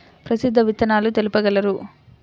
ప్రసిద్ధ విత్తనాలు తెలుపగలరు?